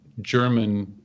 German